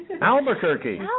Albuquerque